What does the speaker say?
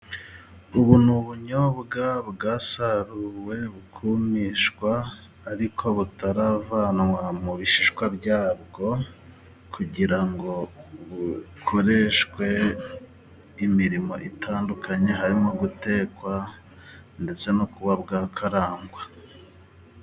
Ubu ni ubunyobwa bwasaruwe bukumishwa ariko butaravanwa mu bishishwa byabwo kugira ngo bukoreshwe imirimo itandukanye harimo gutekwa ndetse no kuba bwakarangwa.